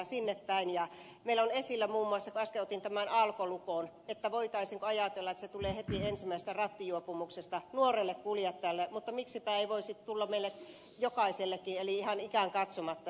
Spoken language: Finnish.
kun äsken otin tämän alkolukon puheeksi niin meillä on esillä muun muassa se että voitaisiinko ajatella että se tulee heti ensimmäisestä rattijuopumuksesta nuorelle kuljettajalle mutta miksipä ei meille jokaisellekin eli ihan ikään katsomatta